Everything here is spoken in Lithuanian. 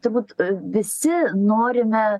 turbūt visi norime